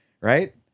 Right